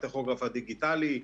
הטכוגרף הדיגיטלי,